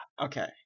Okay